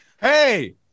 Hey